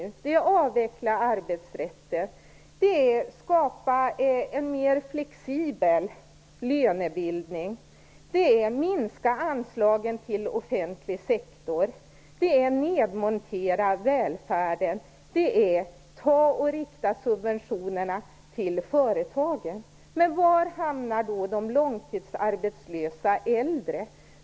Det handlar om att avveckla arbetsrätten, skapa en mer flexibel lönebildning, minska anslagen till den offentliga sektorn, nedmontera välfärden och rikta subventionerna till företagen. Men var hamnar då de långtidsarbetslösa äldre?